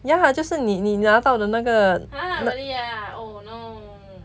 ya lah 就是你你拿到的那个